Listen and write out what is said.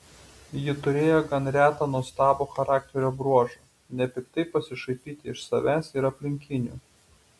ji turėjo gan retą nuostabų charakterio bruožą nepiktai pasišaipyti iš savęs ir aplinkinių